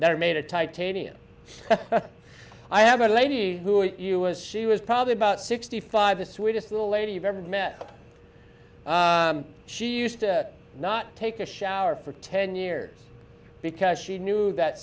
that are made of titanium i have a lady who are you was she was probably about sixty five the sweetest little lady you've ever met she used to not take a shower for ten years because she knew that